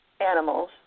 animals